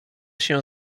się